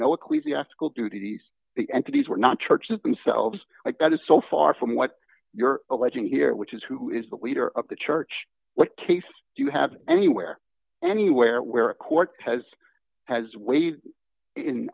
ecclesiastical duties the entities were not churches themselves like that is so far from what you're alleging here which is who is the leader of the church what case you have anywhere anywhere where a court has has w